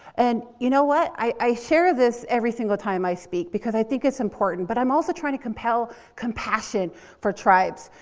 and you know what? i share this every single time i speak, because i think it's important, but i'm also trying to compel compassion for tribes.